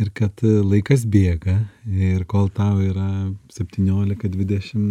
ir kad e laikas bėga ir kol tau yra septyniolika dvidešim